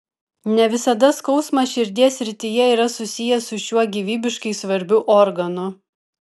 ne visada skausmas širdies srityje yra susijęs su šiuo gyvybiškai svarbiu organu